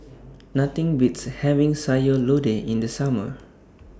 Nothing Beats having Sayur Lodeh in The Summer